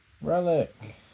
Relic